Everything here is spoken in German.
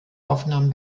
aufnahmen